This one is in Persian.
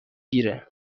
گیره